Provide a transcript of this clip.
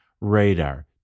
radar